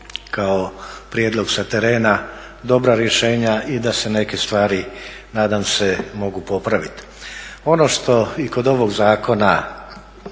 kao prijedlog sa terena dobra rješenja i da se neke stvari nadam se mogu popraviti. Ono što me kod ovog zakona